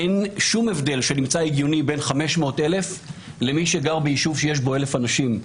אין שום הבדל שנמצא הגיני בין 500,000 למי שגר בישוב שיש בו אלף אנשים.